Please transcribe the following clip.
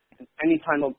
Anytime